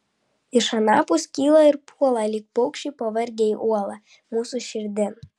iš anapus kyla ir puola lyg paukščiai pavargę į uolą mūsų širdin